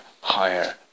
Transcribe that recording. higher